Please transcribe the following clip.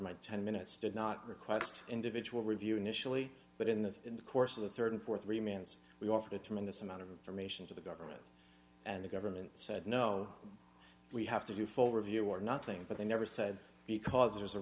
my ten minutes did not request individual review initially but in the in the course of the rd and th remains we offer a tremendous amount of information to the government and the government said no we have to do full review or nothing but they never said because it was a